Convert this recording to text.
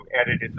edited